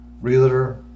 realtor